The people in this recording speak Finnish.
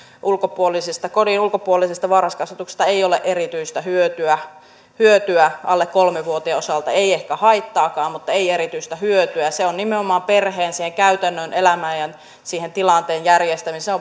kodin ulkopuolisesta varhaiskasvatuksesta ei ole erityistä hyötyä hyötyä alle kolme vuotiaan osalta ei ehkä haittaakaan mutta ei erityistä hyötyä se voi olla nimenomaan perheen käytännön elämän ja sen tilanteen järjestämiseen